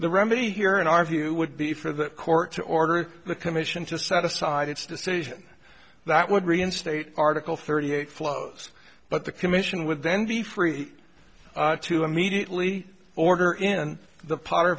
the remedy here in our view would be for the court to order the commission to set aside its decision that would reinstate article thirty eight flows but the commission would then be free to immediately order in the pot